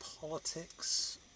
politics